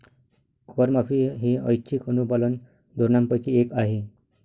करमाफी ही ऐच्छिक अनुपालन धोरणांपैकी एक आहे